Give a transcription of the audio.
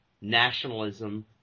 nationalism